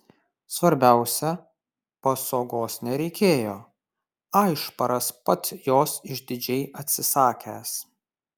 svarbiausia pasogos nereikėjo aišparas pats jos išdidžiai atsisakęs